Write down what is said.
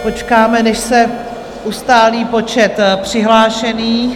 Počkáme, než se ustálí počet přihlášených.